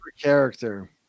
character